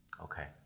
Okay